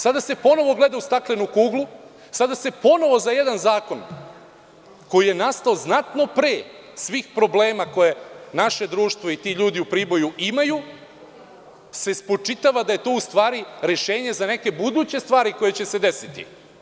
Sada se ponovo gleda u staklenu kuglu, sada se ponovo za jedan zakon koji je nastao znatno pre svih problema koje naše društvo i ti ljudi u Priboju imaju, spočitava da je to u stvari rešenje za neke buduće stvari koje će se desiti.